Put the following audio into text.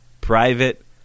Private